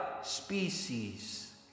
Species